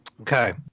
Okay